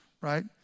right